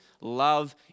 love